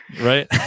right